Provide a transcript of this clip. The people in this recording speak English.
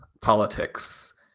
politics